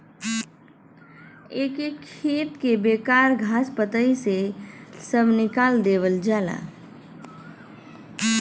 एके खेत के बेकार घास पतई से सभ निकाल देवल जाला